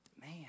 Man